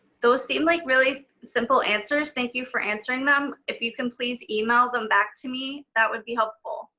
those seem like really simple answers. thank you for answering them. if you can please email them back to me, that would be helpful.